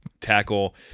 tackle